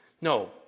No